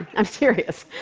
i'm serious.